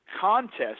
contest